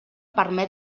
permet